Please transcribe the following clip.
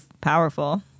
powerful